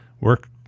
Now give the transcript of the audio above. work